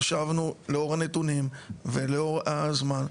חשבנו לאור הנתונים ולאור הזמן,